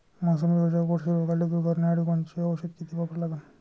मोसंबीवरच्या कोळशी रोगाले दूर करासाठी कोनचं औषध किती वापरा लागन?